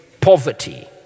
poverty